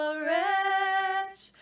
wretch